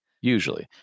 Usually